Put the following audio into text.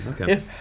Okay